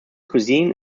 cuisine